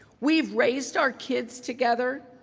we've raised our kids together,